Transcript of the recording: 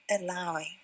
allowing